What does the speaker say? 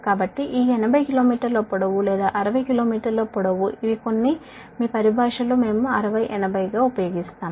కాబట్టి ఈ 80 కిలో మీటర్ల పొడవు లేదా 60 కిలో మీటర్ల పొడవు ఇవి కొన్ని మన టెర్మినాలజీ లో 60 80 ఉపయోగిస్తాము